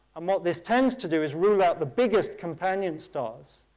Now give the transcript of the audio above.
um what this tends to do is rule out the biggest companion stars.